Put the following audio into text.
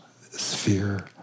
sphere